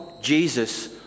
Jesus